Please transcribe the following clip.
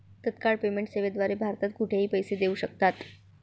तत्काळ पेमेंट सेवेद्वारे भारतात कुठेही पैसे देऊ शकतात